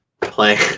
play